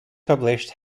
published